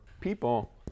people